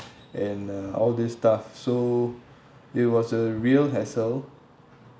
and uh all this stuff so it was a real hassle